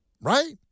right